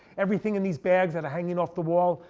everything in these bags that are hanging off the wall,